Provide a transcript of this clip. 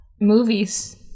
movies